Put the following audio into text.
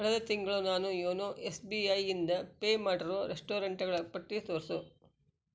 ಕಳೆದ ತಿಂಗಳು ನಾನು ಯೋನೊ ಎಸ್ ಬಿ ಐ ಇಂದ ಪೇ ಮಾಡಿರೋ ರೆಸ್ಟೊರೆಂಟ್ಗಳ ಪಟ್ಟಿ ತೋರಿಸು